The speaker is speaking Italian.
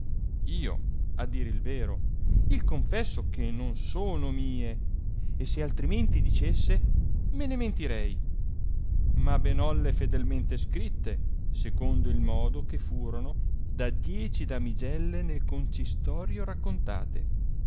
io a dir il vero il confesso che non sono mie e se altrimenti dicesse me ne mentirei ma ben bolle fedelmenle scritte secondo il modo che furono da dieci damigelle nel concistorio raccontate